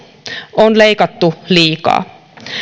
on leikattu liikaa